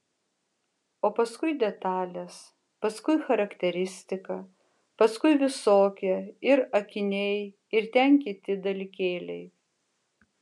o paskui detalės paskui charakteristika paskui visokie ir akiniai ir ten kiti dalykėliai